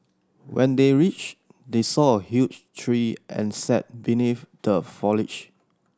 when they reached they saw a huge tree and sat beneath the foliage